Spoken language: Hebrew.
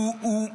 שהוא,